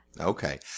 Okay